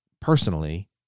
personally